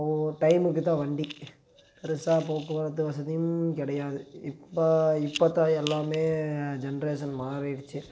ஒவ்வொரு டைமுக்கு தான் வண்டி பெருசாக போக்குவரத்து வசதியும் கிடையாது இப்போ இப்போ தான் எல்லாமே ஜென்ரேஷன் மாறிடுச்சு